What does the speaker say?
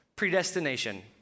predestination